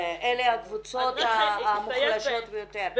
אלה הקבוצות המוחלשות ביותר.